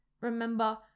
Remember